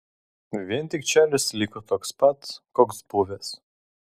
vien tik čarlis liko toks pat koks buvęs